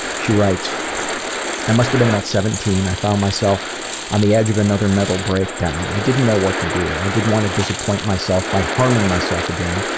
she writes i must have been about seventeen. i found myself on the edge of another mental breakdown. i didn't know what to do. i didn't want to disappoint myself by harming myself again.